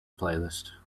playlist